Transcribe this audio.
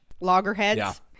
loggerheads